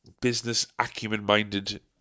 business-acumen-minded